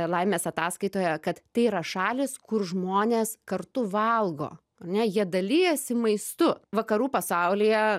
laimės ataskaitoje kad tai yra šalys kur žmonės kartu valgo ar ne jie dalijasi maistu vakarų pasaulyje